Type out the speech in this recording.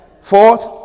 Fourth